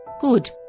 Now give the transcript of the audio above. Good